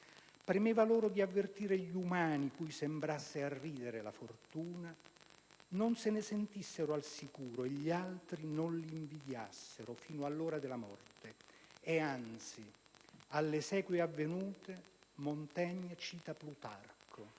Premeva loro di avvertire gli umani cui sembrasse arridere la fortuna: non se ne sentissero al sicuro, e gli altri non li invidiassero, fino all'ora della morte, e anzi alle esequie avvenute. Montaigne cita Plutarco: